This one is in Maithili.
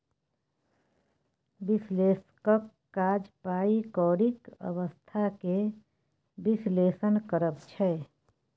बिश्लेषकक काज पाइ कौरीक अबस्था केँ बिश्लेषण करब छै